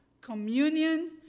communion